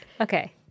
Okay